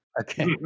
Okay